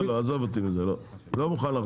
לא, לא.